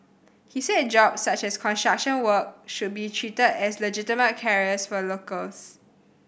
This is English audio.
he said jobs such as construction work should be treated as legitimate careers for locals